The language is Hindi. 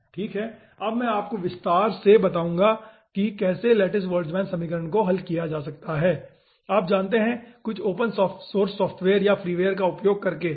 ठीक है अब मैं आपको विस्तार से दिखाऊंगा कि कैसे लैटिस बोल्टजमैन समीकरण को हल किया जा सकता है आप जानते है कुछ ओपन सोर्स सॉफ़्टवेयर या फ़्रीवेयर का उपयोग करके